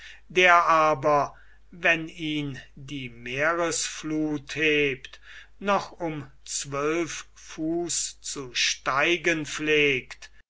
der aber wenn ihn die meeresfluth hebt noch um zwölf fuß zu steigen pflegt